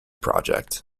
project